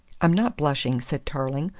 i'm not blushing, said tarling.